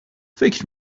فکر